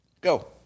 Go